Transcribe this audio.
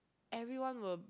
everyone will